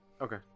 Okay